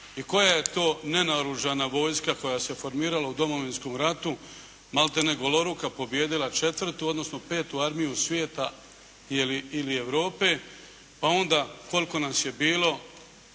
i koja je to nenaoružana vojska koja se formirala u Domovinskom ratu maltene goloruka pobijedila 4. odnosno 5. armiju svijeta ili Europe, pa onda koliko nas je bilo.